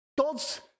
God's